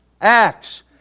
acts